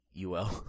UL